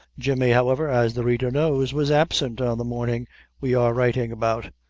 jemmy, however, as the reader knows, was absent on the morning we are writing about,